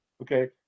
okay